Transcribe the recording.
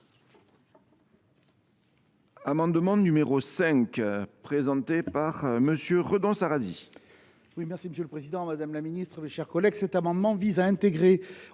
L’amendement n° 5, présenté par MM. Redon Sarrazy,